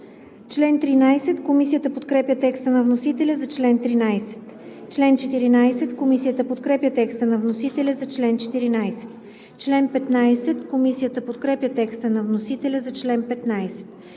чл. 13. Комисията подкрепя текста на вносителя за чл. 14. Комисията подкрепя текста на вносителя за чл. 15. Комисията подкрепя текста на вносителя за чл. 16.